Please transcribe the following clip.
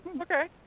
Okay